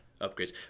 upgrades